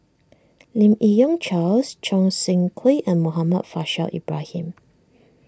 Lim Yi Yong Charles Choo Seng Quee and Muhammad Faishal Ibrahim